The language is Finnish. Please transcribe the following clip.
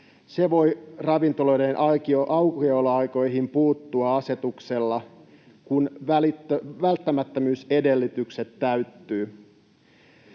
se voi ravintoloiden aukioloaikoihin puuttua asetuksella, kun välttämättömyysedellytykset täyttyvät.